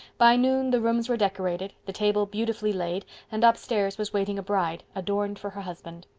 by noon the rooms were decorated, the table beautifully laid and upstairs was waiting a bride, adorned for her husband.